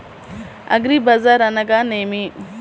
అగ్రిబజార్ అనగా నేమి?